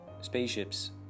spaceships